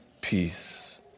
peace